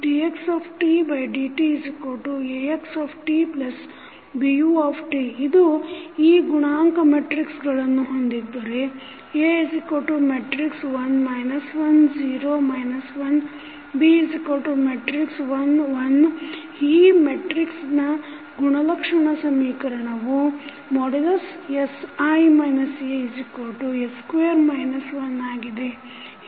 dxdtAxtBut ಈಗ ಇದು ಗುಣಾಂಕ ಮೆಟ್ರಿಕ್ಸಗಳನ್ನು ಹೊಂದಿದ್ದರೆ A1 1 0 1 B1 1 A ಮೆಟ್ರಿಕ್ಸನ ಗುಣಲಕ್ಷಣ ಸಮೀಕರಣವು sI As2 1 ಆಗಿದೆ